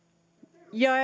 ja